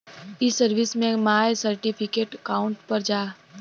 ई सर्विस में my certificate account पर जा